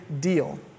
deal